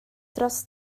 dros